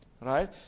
Right